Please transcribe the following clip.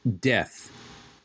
death